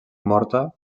morta